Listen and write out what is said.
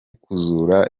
kuzura